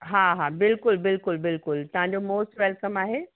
हा हा बिल्कुलु बिल्कुलु बिल्कुलु तव्हांजो मॉस्ट वेलकम आहे